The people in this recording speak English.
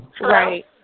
Right